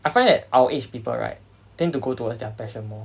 I find that our age people right tend to go towards their passion more